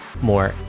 more